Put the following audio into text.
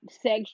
sex